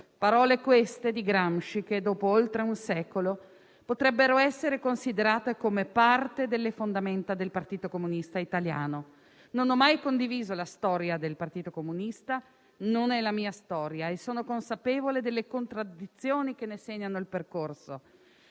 parole di Gramsci, dopo oltre un secolo, potrebbero essere considerate come parte delle fondamenta del Partito Comunista Italiano. Non ho mai condiviso la storia del Partito Comunista, non è la mia storia e sono consapevole delle contraddizioni che ne segnano il percorso,